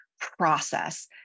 process